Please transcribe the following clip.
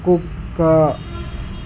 కుక్క